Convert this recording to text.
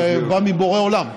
זה בא מבורא עולם.